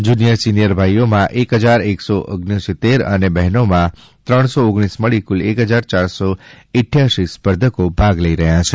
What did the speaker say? junior senior ભાઈઓમાં એક હજાર એકસો ઓગનોસિત્તેર અને બહેનનો માં ત્રણસો ઓગણીસ મળી કુલ એક હજાર ચારસો ઇથ્યાસી સ્પર્ધકો ભાગ લઈ રહ્યા છે